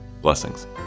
Blessings